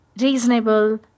reasonable